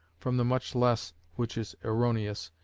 from the much less which is erroneous,